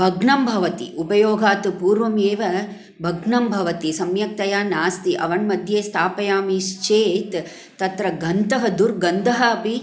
भग्नं भवति उपयोगात् पूर्वमेव भग्नं भवति सम्यक्तया नास्ति ओवन् मध्ये स्तापयामि चेत् तत्र गन्धः दुर्गन्धः अपि